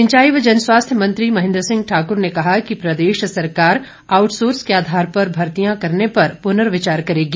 सिंचाई व जनस्वास्थ्य मंत्री महेंद्र सिंह ठाकुर ने कहा कि प्रदेश सरकार आउटसोर्स के आधार पर भर्तियां करने पर पुनर्विचार करेगी